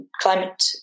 climate